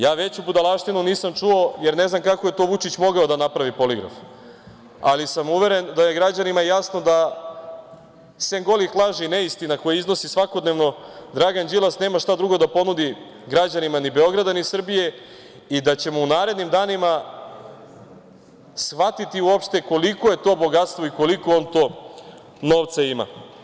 Ja veću budalaštinu nisam čuo jer ne znam kako je to Vučić mogao da napravi poligraf, ali sam uveren da je građanima jasno da sem golih laži i neistina koje iznosi svakodnevno, Dragan Đilas nema šta drugo da ponudi građanima ni Beograda, ni Srbije i da ćemo u narednim danima shvatiti uopšte koliko je to bogatstvo i koliko on to novca ima.